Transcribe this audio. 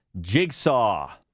Jigsaw